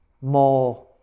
more